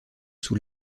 sous